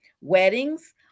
weddings